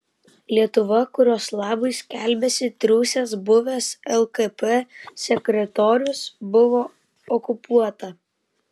lietuva kurios labui skelbiasi triūsęs buvęs lkp sekretorius buvo okupuota